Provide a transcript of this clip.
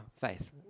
faith